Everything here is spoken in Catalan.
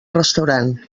restaurant